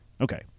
Okay